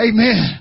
Amen